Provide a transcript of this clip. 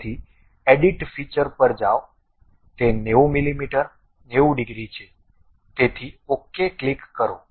તેથી edit feature પર જાઓ તે 90 મીમી 90 ડિગ્રી છે તેથી ok ક્લિક કરો